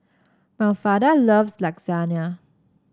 Mafalda loves Lasagna